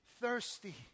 thirsty